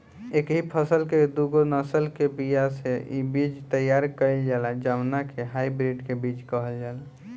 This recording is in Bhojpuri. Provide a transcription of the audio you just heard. एकही फसल के दूगो नसल के बिया से इ बीज तैयार कईल जाला जवना के हाई ब्रीड के बीज कहल जाला